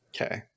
Okay